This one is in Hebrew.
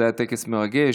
זה היה טקס מרגש.